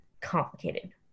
complicated